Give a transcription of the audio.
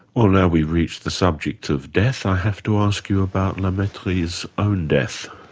well now we've reached the subject of death, i have to ask you about la mettrie's own death.